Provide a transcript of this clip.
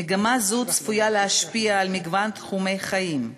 מגמה זו צפויה להשפיע על מגוון תחומי חיים: